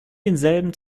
denselben